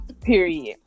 period